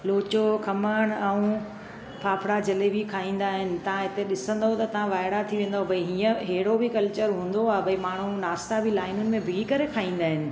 लोचो खमण ऐं फाफड़ा जलेबी खाईंदा आहिनि तव्हां हिते ॾिसंदव त तां वाइड़ा थी वेंदव त भाई हीअं अहिड़ो बि कल्चर हूंदो आहे भाई माण्हू नास्ता बि लाइन में बीही करे खाईंदा आहिनि